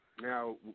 now